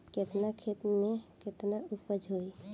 केतना खेत में में केतना उपज होई?